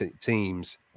teams